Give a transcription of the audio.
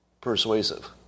persuasive